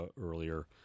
earlier